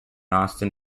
austin